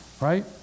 right